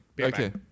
Okay